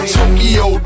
Tokyo